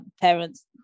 parents